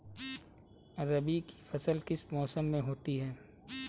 रबी की फसल किस मौसम में होती है?